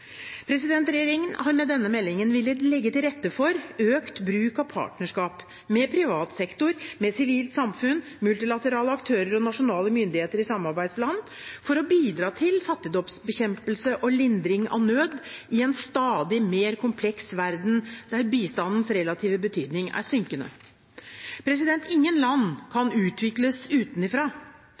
denne meldingen villet legge til rette for økt bruk av partnerskap med privat sektor, med sivilt samfunn, multilaterale aktører og nasjonale myndigheter i samarbeidsland – for å bidra til fattigdomsbekjempelse og lindring av nød i en stadig mer kompleks verden, der bistandens relative betydning er synkende. Ingen land kan